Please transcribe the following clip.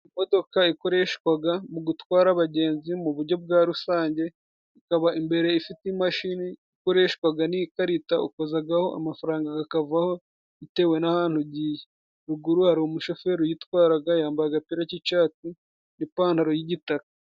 Imodoka ikoreshwaga mu gutwara abagenzi mu buryo bwa rusange, ikaba imbere ifite imashini, ikoreshwaga n'ikarita ukozagaho amafaranga, gakavaho bitewe n'ahantu ugiye. Ruguru hari umushoferi uyitwaraga, yambaye agapira k'icasti, n'ipantaro y'igitaka.